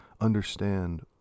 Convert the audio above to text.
understand